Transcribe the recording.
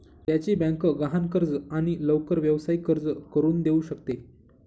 त्याची बँक गहाण कर्ज आणि लवकर व्यावसायिक कर्ज करून देऊ शकते